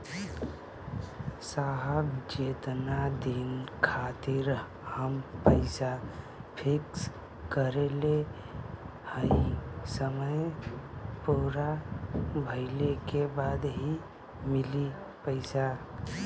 साहब जेतना दिन खातिर हम पैसा फिक्स करले हई समय पूरा भइले के बाद ही मिली पैसा?